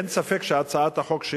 אין ספק שהצעת החוק,